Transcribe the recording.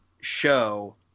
show